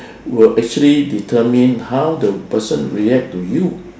will actually determine how the person react to you